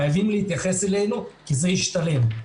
חייבים להתייחס אלינו כי זה ישתלם.